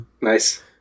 Nice